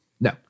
No